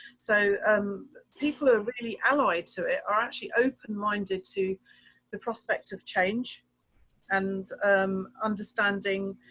so um people are really allied to it or actually open minded to the prospect of change and understanding.